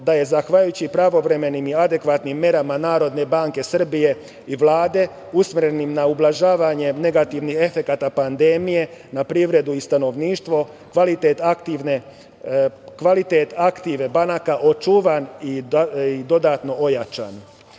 da je zahvaljujući pravovremenim i adekvatnim merama NBS i Vlade, usmerenim na ublažavanje negativnih efekata pandemije na privredu i stanovništvo, kvalitet aktive banaka očuvan i dodatno ojačan. Stepen